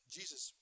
Jesus